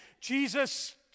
Jesus